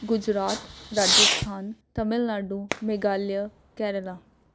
Gujarat Rajasthan Tamil Nadu Meghalaya Kerala